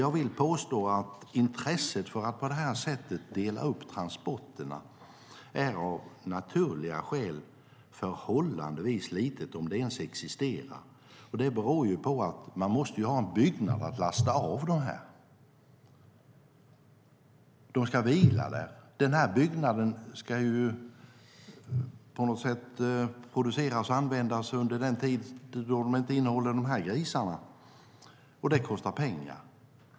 Jag vill påstå att intresset för att på det sättet dela upp transporterna av naturliga skäl är förhållandevis litet, om det ens existerar. Det beror på att man måste ha en byggnad där djuren kan lastas av och vila. Den byggnaden ska användas också under den tid då den inte innehåller de grisar som transporteras, och det kostar pengar.